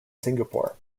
singapore